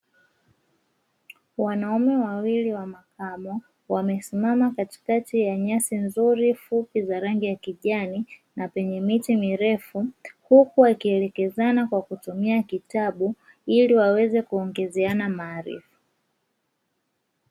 Wanaume wawili wa makamo wamesimama katikati ya nyasi nzuri fupi za rangi ya kijani na penye miti mirefu, huku akielekezana kwa kutumia kitabu ili waweze kuongezeana maarifa.